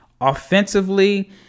Offensively